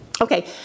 Okay